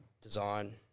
design